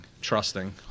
trusting